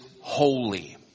holy